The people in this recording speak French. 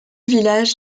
village